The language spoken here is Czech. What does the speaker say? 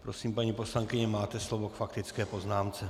Prosím, paní poslankyně, máte slovo k faktické poznámce.